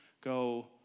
go